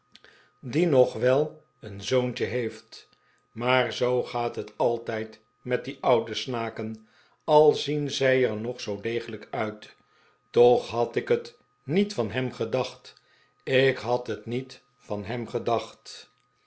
die nog wel een zoontje heeft maar zoo gaat het altijd met die oude snaken al zien zij er nog zoo degelijk uit toch had ik het niet van hem gedacht j ik had het niet van hem gedacht